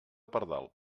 pardal